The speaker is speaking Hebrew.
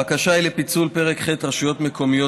הבקשה היא לפיצול פרק ח' רשויות מקומיות,